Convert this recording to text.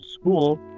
school